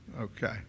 Okay